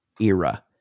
era